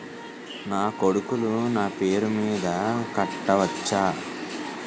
నా కొడుకులు నా పేరి మీద కట్ట వచ్చా?